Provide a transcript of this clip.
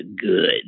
good